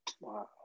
Wow